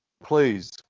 please